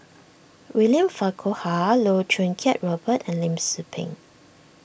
William Farquhar Loh Choo Kiat Robert and Lim Tze Peng